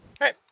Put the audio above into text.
Right